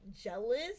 jealous